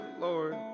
Lord